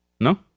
No